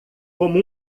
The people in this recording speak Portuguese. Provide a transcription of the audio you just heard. como